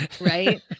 Right